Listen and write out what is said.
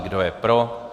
Kdo je pro?